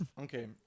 Okay